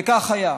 וכך היה.